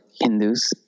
Hindus